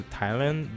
Thailand